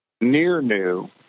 near-new